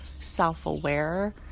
self-aware